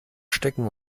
stecken